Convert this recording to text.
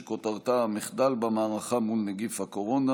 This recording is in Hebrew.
שכותרתה: המחדל במערכה מול נגיף הקורונה.